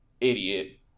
idiot